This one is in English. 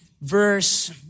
verse